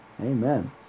Amen